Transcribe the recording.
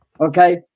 Okay